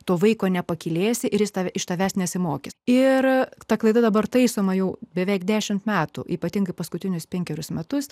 to vaiko nepakylėsi ir jis tave iš tavęs nesimokys ir ta klaida dabar taisoma jau beveik dešimt metų ypatingai paskutinius penkerius metus